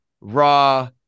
raw